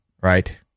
Right